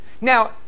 Now